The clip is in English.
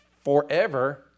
forever